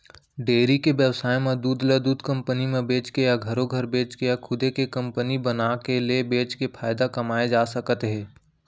dairy के बेवसाय म दूद ल दूद कंपनी म बेचके या घरो घर बेचके या खुदे के कंपनी बनाके ले बेचके फायदा कमाए जा सकत हे